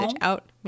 out